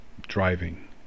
driving